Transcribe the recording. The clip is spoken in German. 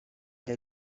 der